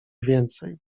więcej